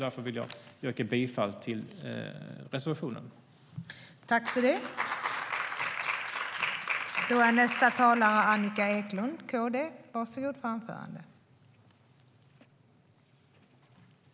Därför yrkar jag bifall till reservationen.